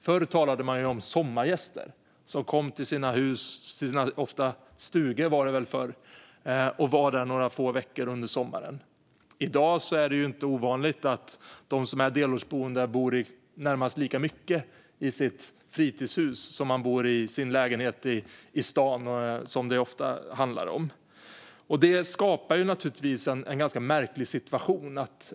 Förr talade man om sommargäster som kom till sina stugor och var där några få veckor under sommaren. I dag är det inte ovanligt att den som är delårsboende bor närmast lika mycket i sitt fritidshus som i sin lägenhet i staden - som det ofta handlar om. Detta skapar en märklig situation.